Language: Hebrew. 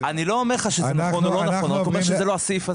אני לא אומר לך שזה נכון או לא נכון; אני רק אומר שזה לא הסעיף הזה.